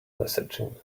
messaging